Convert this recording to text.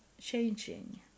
changing